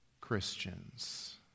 Christians